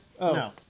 No